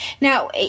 now